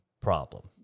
problem